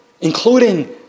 including